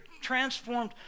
transformed